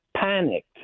panicked